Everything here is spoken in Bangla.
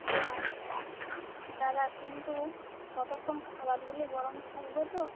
ও আচ্ছা দাদা কিন্তু ততক্ষণ খাবারগুলি গরম থাকবে তো